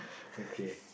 okay